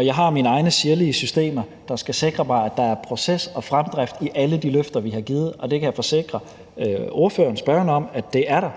jeg har mine egne sirlige systemer, der skal sikre mig, at der er proces og fremdrift i alle de løfter, vi har givet, og det kan jeg forsikre spørgeren om at der er,